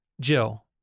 Jill